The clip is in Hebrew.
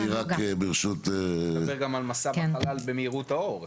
ברשות --- נדבר גם על מסע בחלל במהירות האור.